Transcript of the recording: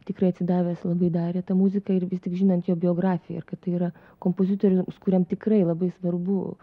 tikrai atsidavęs labai darė tą muziką ir vis tik žinant jo biografiją ir kad tai yra kompozitorius kuriam tikrai labai svarbu